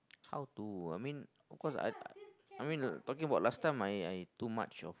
how to I mean of course I I mean talking about last time I I too much of